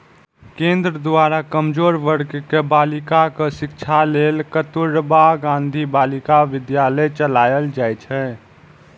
केंद्र द्वारा कमजोर वर्ग के बालिकाक शिक्षा लेल कस्तुरबा गांधी बालिका विद्यालय चलाएल जाइ छै